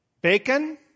Bacon